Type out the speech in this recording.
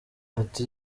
ati